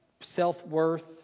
self-worth